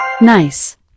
nice